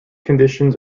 conditions